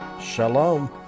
shalom